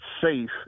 safe